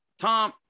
tom